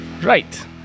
Right